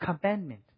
commandment